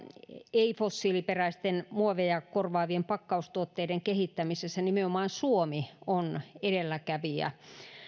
ei fossiiliperäisten muoveja korvaavien pakkaustuotteiden kehittämisessä nimenomaan suomi on edelläkävijä